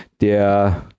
der